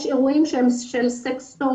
יש אירועים של סקסטורשן,